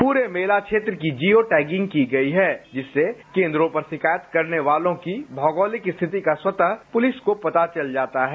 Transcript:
पूरे मेला क्षेत्र की जियो टैगिंग की गयी जिससे केंद्रों पर शिकायत करने वालों की भौगोलिक स्थिति का स्वतः पुलिस को पता चल जाता है